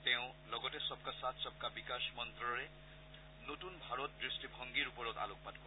তেওঁ লগতে সবকা সাথ সবকা বিকাশ মন্ত্ৰৰে নতুন ভাৰত দৃষ্টিভংগীৰ ওপৰত আলোকপাত কৰে